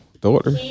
Daughter